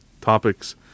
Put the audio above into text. topics